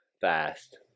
fast